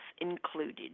included